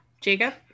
Jacob